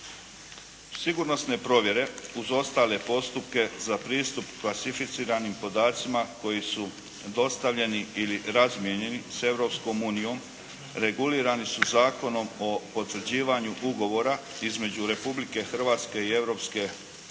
Sigurnosne provjere uz ostale postupke za pristup klasificiranim podacima koji su dostavljeni ili razmijenjeni s Europskom unijom regulirani su Zakonom o potvrđivanju Ugovora između Republike Hrvatske i